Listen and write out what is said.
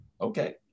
okay